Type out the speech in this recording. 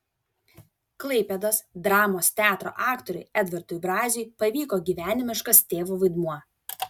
klaipėdos dramos teatro aktoriui edvardui braziui pavyko gyvenimiškas tėvo vaidmuo